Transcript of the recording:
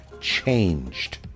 changed